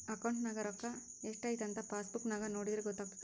ಅಕೌಂಟ್ನಗ ರೋಕ್ಕಾ ಸ್ಟ್ರೈಥಂಥ ಪಾಸ್ಬುಕ್ ನಾಗ ನೋಡಿದ್ರೆ ಗೊತ್ತಾತೆತೆ